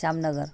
Shyamnagar